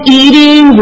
eating